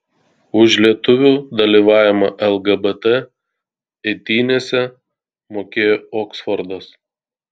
už lietuvių dalyvavimą lgbt eitynėse mokėjo oksfordas